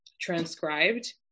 transcribed